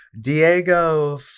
Diego